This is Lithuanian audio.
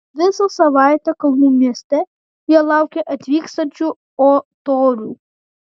visą savaitę kalnų mieste jie laukė atvykstančių o torių